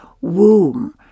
womb